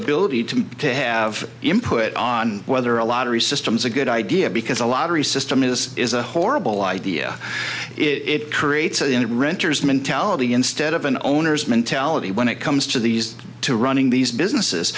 ability to to have input on whether a lottery system is a good idea because a lottery system is a horrible idea it creates a unit renter's mentality instead of an owner's mentality when it comes to these to running these businesses